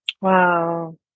Wow